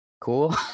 cool